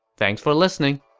thanks for listening!